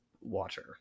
water